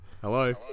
hello